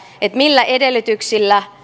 millä edellytyksillä